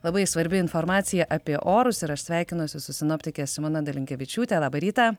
labai svarbi informacija apie orus ir aš sveikinuosi su sinoptike simona dalinkevičiūte labą rytą